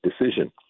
decision